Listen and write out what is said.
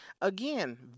again